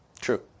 True